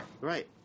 Right